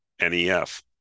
NEF